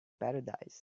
paradise